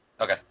Okay